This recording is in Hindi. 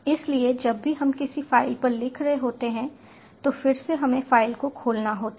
इसलिए जब भी हम किसी फाइल पर लिख रहे होते हैं तो फिर से हमें फाइल को खोलना होता है